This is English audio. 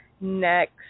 next